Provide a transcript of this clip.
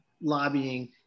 lobbying